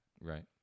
Right